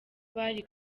bari